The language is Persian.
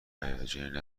هیجانی